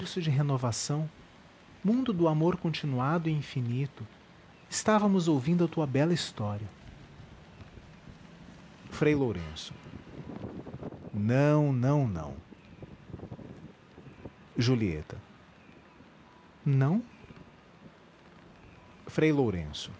de renovação mundo do amor continuado e infinito estávamos ouvindo a tua bela história frei lourenço não não não julieta não frei lourenço